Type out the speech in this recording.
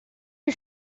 you